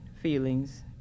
feelings